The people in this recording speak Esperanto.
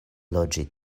loĝi